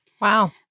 Wow